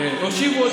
כן,